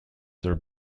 their